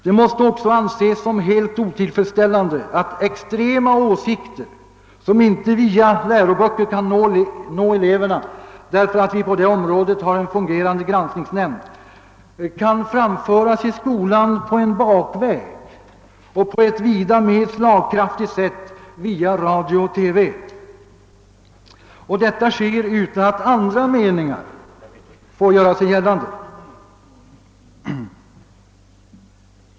Det måste också anses vara helt otillfredsställande att extrema åsikter som inte kan föras ut till eleverna via läroböckerna, därför att vi på det området har en fungerande granskningsnämnd, kan framföras >bakvägen> — via radio och TV — och t.o.m. på ett vida mer slagkraftigt sätt än genom den vanliga undervisningen. Och detta sker utan att också andra meningar får komma till uttryck.